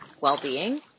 well-being